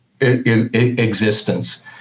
existence